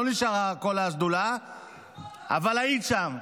לא נשארה כל השדולה ------- אבל היית שם.